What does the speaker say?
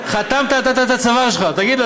חתמת, נתת את הצוואר שלך.